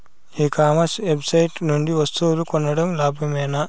ఈ commerce website నుండి వస్తువులు కొనడం లాభమేనా?